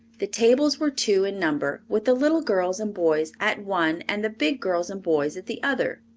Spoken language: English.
the tables were two in number, with the little girls and boys at one and the big girls and boys at the other.